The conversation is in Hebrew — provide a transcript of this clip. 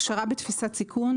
הכשרה בתפיסת סיכון,